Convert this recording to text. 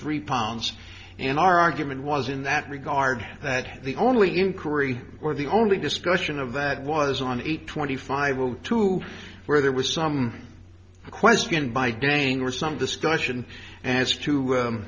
three pounds and our argument was in that regard that the only inquiry or the only discussion of that was on eight twenty five zero two where there was some question by delaying or some discussion as to